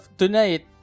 tonight